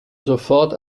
sofort